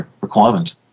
requirement